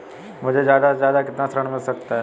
मुझे ज्यादा से ज्यादा कितना ऋण मिल सकता है?